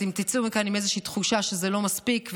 אתם תצאו מכאן עם איזושהי תחושה שזה לא מספיק.